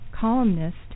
columnist